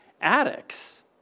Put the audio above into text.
addicts